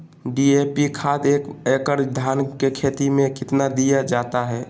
DAP खाद एक एकड़ धान की खेती में कितना दीया जाता है?